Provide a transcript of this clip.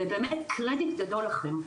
ובאמת קרדיט גדול לכם,